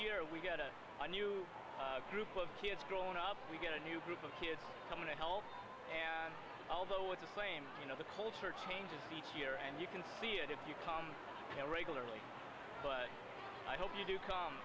year we get a new group of kids growing up we get a new group of kids coming to help although at the same you know the culture changes each year and you can see it if you come here regularly but i hope you do come